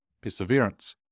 perseverance